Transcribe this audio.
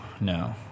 no